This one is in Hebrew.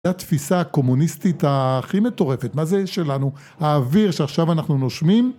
הייתה תפיסה קומוניסטית הכי מטורפת. מה זה שלנו, האוויר שעכשיו אנחנו נושמים?